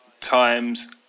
times